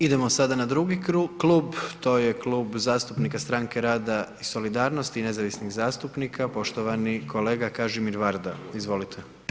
Idemo sada na 2. klub, to je Klub zastupnika Stranke rada i solidarnosti i nezavisnih zastupnika, poštovani kolega Kažimir Varda, izvolite.